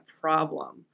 problem